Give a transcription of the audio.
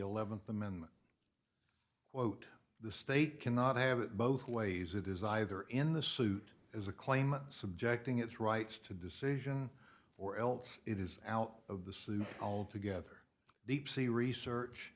eleventh the men quote the state cannot have it both ways it is either in the suit as a claimant subjecting its rights to decision or else it is out of this altogether deep sea research